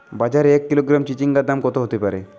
বাজারে এক কিলোগ্রাম চিচিঙ্গার দাম কত হতে পারে?